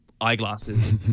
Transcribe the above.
eyeglasses